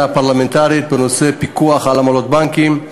פרלמנטרית בנושא הפיקוח על עמלות הבנקים,